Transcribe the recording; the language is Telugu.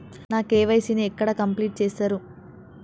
నా కే.వై.సీ ని ఎక్కడ కంప్లీట్ చేస్తరు?